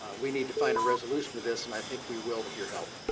we need to find a resolution to this, and i think we will with your help.